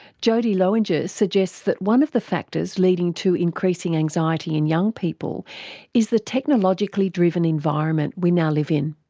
jodie lowinger suggests that one of the factors leading to increasing anxiety in young people is the technologically driven environment we now live in.